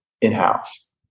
in-house